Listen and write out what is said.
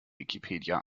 wikipedia